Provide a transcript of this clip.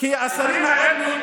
השרים האלו,